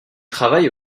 travaille